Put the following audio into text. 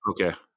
Okay